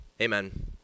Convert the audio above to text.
Amen